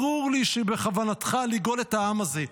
ברור לי שבכוונתך לגאול את העם הזה.